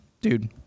dude